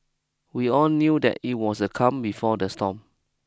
we all knew that it was the calm before the storm